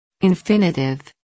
Infinitive